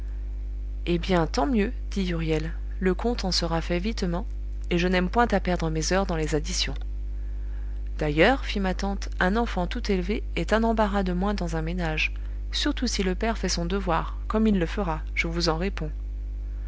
eh bien tant mieux dit huriel le compte en sera fait vitement et je n'aime point à perdre mes heures dans les additions d'ailleurs fit ma tante un enfant tout élevé est un embarras de moins dans un ménage surtout si le père fait son devoir comme il le fera je vous en réponds